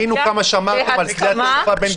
ראינו כמה שמרתם על שדה התעופה בן